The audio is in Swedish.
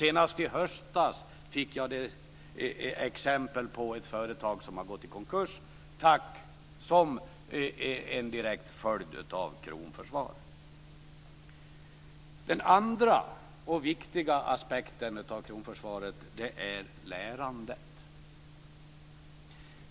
Senast i höstas fick jag t.ex. uppgift om ett företag som hade gått i konkurs som en direkt följd av kronförsvaret. Den andra viktiga aspekten av kronförsvaret är lärandet.